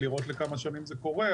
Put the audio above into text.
לראות לכמה שנים זה קורה,